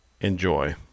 enjoy